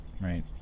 right